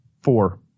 Four